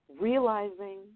Realizing